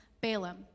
Balaam